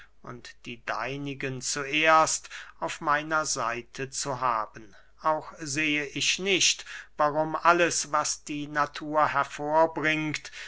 die deinigen zuerst auf meiner seite zu haben auch sehe ich nicht warum alles was die natur hervorbringt